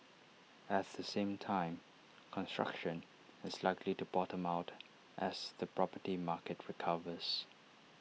at the same time construction is likely to bottom out as the property market recovers